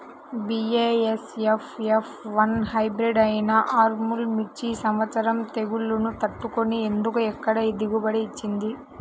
BASF F one hybrid అయినా ఆర్ముర్ మిర్చి ఈ సంవత్సరం తెగుళ్లును తట్టుకొని ఎందుకు ఎక్కువ దిగుబడి ఇచ్చింది?